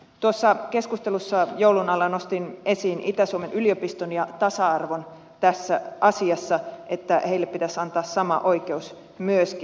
tuossa keskustelussa joulun alla nostin esiin itä suomen yliopiston ja tasa arvon tässä asiassa että sille pitäisi antaa sama oikeus myöskin